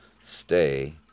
stay